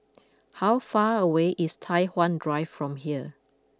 how far away is Tai Hwan Drive from here